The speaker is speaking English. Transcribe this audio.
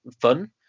fun